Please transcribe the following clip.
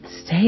stay